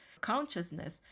consciousness